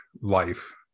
life